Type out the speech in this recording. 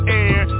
air